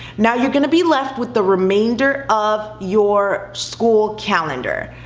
now, you're gonna be left with the remainder of your school calender,